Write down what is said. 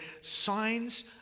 signs